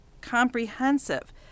comprehensive